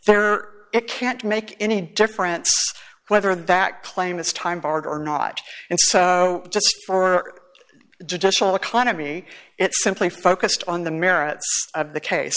there it can't make any difference whether that claim is time barred or not just for judicial economy it's simply focused on the merits of the case